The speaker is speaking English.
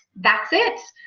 that's it.